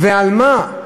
ועל מה?